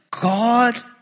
God